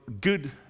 good